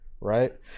right